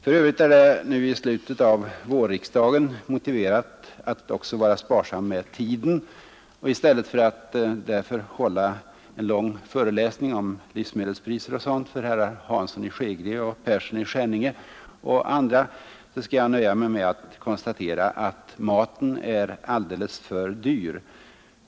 För övrigt är det nu i slutet av vårriksdagen motiverat att också vara sparsam med tiden. I stället för att hålla en lång föreläsning om livsmedelspriser och sådant för herrar Hansson i Skegrie, Persson i Skänninge och andra så skall jag nöja mig med att konstatera att maten är alldeles för dyr.